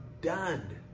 done